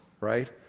right